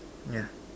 yeah